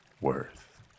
worth